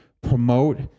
promote